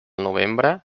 novembre